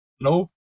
no